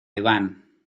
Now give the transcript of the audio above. iván